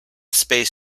space